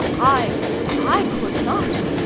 i i could not!